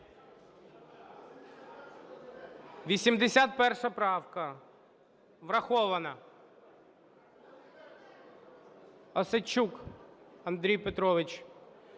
81 правка. Врахована. Осадчук Андрій Петрович.